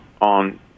on